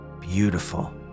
Beautiful